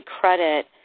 credit